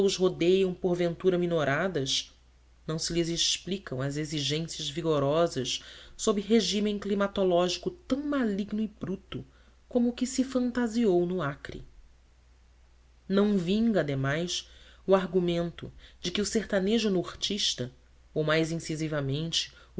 rodeiam porventura minoradas não se lhes explicam as existências vigorosas sob regime climatológico tão maligno e bruto como o que se fantasiou no acre não vinga ademais o argumento de que o sertanejo nortista ou mais incisivamente